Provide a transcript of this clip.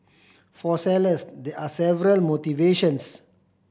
for sellers there are several motivations